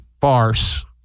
farce